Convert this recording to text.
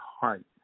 heart